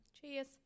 Cheers